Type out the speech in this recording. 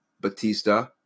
Batista